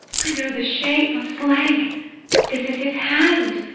i know the shape of's leg this is his hand,